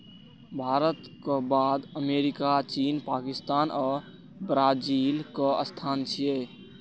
भारतक बाद अमेरिका, चीन, पाकिस्तान आ ब्राजीलक स्थान छै